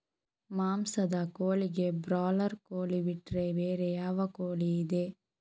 ಮಾಂಸದ ಕೋಳಿಗೆ ಬ್ರಾಲರ್ ಕೋಳಿ ಬಿಟ್ರೆ ಬೇರೆ ಯಾವ ಕೋಳಿಯಿದೆ?